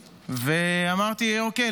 ואמרתי: אוקיי,